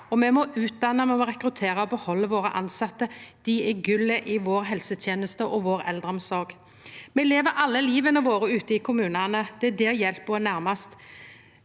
Me må utdanna, rekruttera og behalda våre tilsette. Dei er gullet i vår helseteneste og vår eldreomsorg. Me lever alle livet vårt ute i kommunane. Det er der hjelpa er nærast.